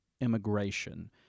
immigration